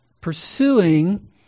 pursuing